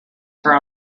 for